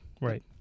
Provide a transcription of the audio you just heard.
Right